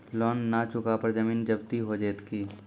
Loan न चुका पर जमीन जब्ती हो जैत की?